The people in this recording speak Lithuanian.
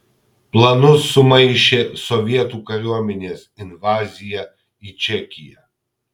planus sumaišė sovietų kariuomenės invazija į čekiją